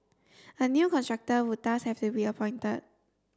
a new contractor would thus have to be appointed